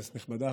כנסת נכבדה,